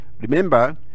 Remember